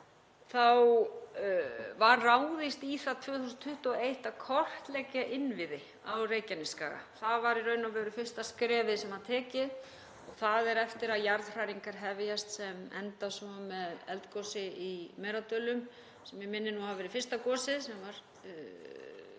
var ráðist í það 2021 að kortleggja innviði á Reykjanesskaga. Það var í raun og veru fyrsta skrefið sem var tekið eftir að jarðhræringar hófust sem enduðu svo með eldgosi í Merardölum, sem mig minnir að hafi verið fyrsta gosið sem var